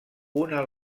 una